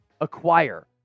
acquire